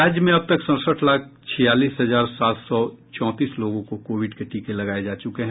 राज्य में अब तक सड़सठ लाख छियालीस हजार सात सौ चौंतीस लोगों को कोविड के टीके लगाये जा चुके हैं